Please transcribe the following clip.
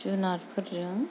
जुनारफोरजों